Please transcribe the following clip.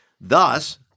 Thus